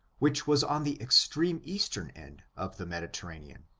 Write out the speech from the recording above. which was on the extreme eastern end of the mediterranean,